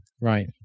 Right